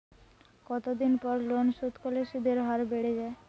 কতদিন পর লোন শোধ করলে সুদের হার বাড়ে য়ায়?